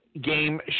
game